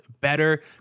better